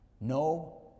no